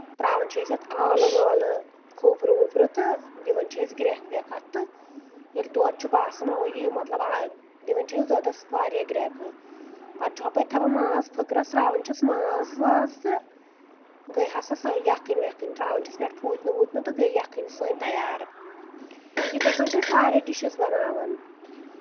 ترٛاوَان چھِ أسۍ اَتھ ٲلہٕ وٲلہٕ کھوپرٕ ووٗپرٕ تہٕ دِوَان چھِ أسۍ گرٛؠکھ وؠکھ تہٕ ییٚلہِ دۄد چھُ باسان اَوا یہِ مطلب دِوَان چھِ أسۍ دۄدَس واریاہ گرٛؠکہٕ پَتہٕ چھُ ہۄپٲرۍ تھاوَان ماز پھٔکرَس ترٛاوَان چھِس ماز واز تہٕ گٔے ہسا یَکھٕنۍ وؠکھٕنۍ ترٛاوَان چھِس پؠٹھ پھوٗتنہٕ ووٗتنہٕ تہٕ گٔے یَکھٕنۍ سٲنۍ تیار یِتھٕے کٔنۍ چھِ أسۍ واریاہ ڈِشِز بَناوَان